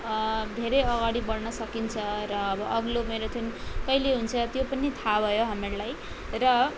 धेरै अगाडि बढ्न सकिन्छ र अब अघिल्लो म्याराथुन कहिले हुन्छ त्यो पनि थाहा भयो हामीहरूलाई र